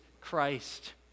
Christ